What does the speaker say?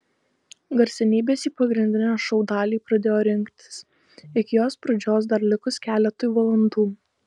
garsenybės į pagrindinę šou dalį pradėjo rinktis iki jos pradžios dar likus keletui valandų